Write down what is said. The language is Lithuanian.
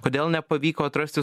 kodėl nepavyko atrasti